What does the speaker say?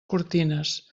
cortines